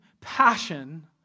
passion